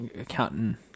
Accountant